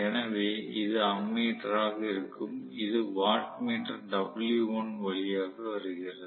எனவே இது அம்மீட்டராக இருக்கும் இது வாட் மீட்டர் W1 வழியாக வருகிறது